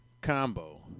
combo